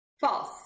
False